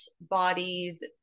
bodies